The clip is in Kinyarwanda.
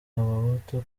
abahutu